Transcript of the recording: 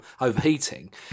overheating